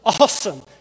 awesome